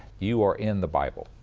you are in the bible.